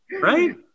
right